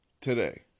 today